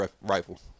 rifle